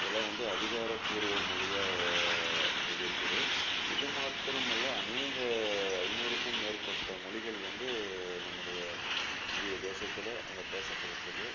இதெல்லாம் வந்து அதிகாரப்பூர்வ மொழியா இது இருக்குது இது மாத்திரம் அல்ல அனேக ஐநூறுக்கும் மேற்பட்ட மொழிகள் வந்து நம்முடைய இந்திய தேசத்தில் அங்கே பேசப்பட்டுட்டுருக்கு